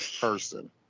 person